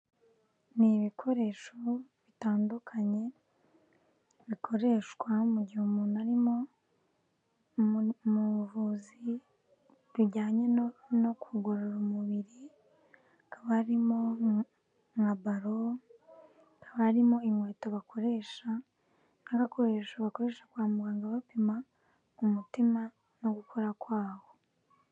Ni ibikoresho bitandukanye, bikoreshwa mu gihe umuntu arimo, mu buvuzi bujyanye no kugorora umubiri, hakaba harimo nka baro, hakaba harimo inkweto bakoresha, n'agakoresho bakoresha kwa muganga bapima umutima, no gukora kwawo.